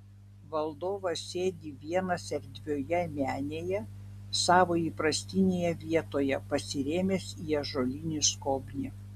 valdovas sėdi vienas erdvioje menėje savo įprastinėje vietoje pasirėmęs į ąžuolinį skobnį